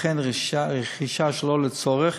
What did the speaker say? תיתכן רכישה שלא לצורך,